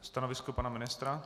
Stanovisko pana ministra?